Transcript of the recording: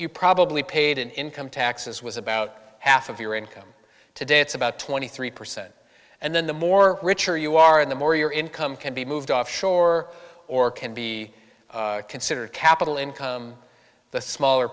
you probably paid in income taxes was about half of your income today it's about twenty three percent and then the more richer you are and the more your income can be moved offshore or can be considered capital income the smaller